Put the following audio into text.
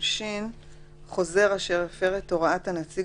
עונשין 7. חוזר אשר הפר את הוראת הנציג